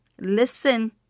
listen